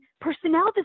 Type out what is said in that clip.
personnel